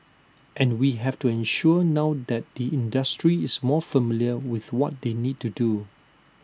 and we have to ensure now that the industry is more familiar with what they need to do